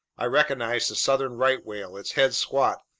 i recognized the southern right whale, its head squat,